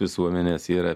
visuomenės yra